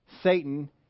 Satan